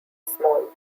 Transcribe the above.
small